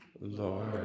Lord